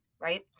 Right